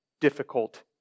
difficult